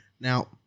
Now